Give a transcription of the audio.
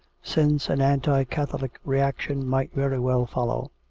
since an anti-catholic reaction might very well follow.